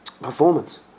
performance